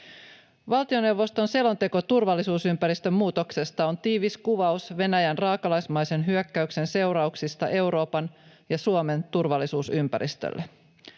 Valtioneuvoston selonteko turvallisuusympäristön muutoksesta on tiivis kuvaus Venäjän raakalaismaisen hyökkäyksen seurauksista Euroopan ja Suomen turvallisuusympäristölle.